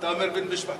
אתה אומר בן-משפחתי,